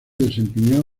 desempeñó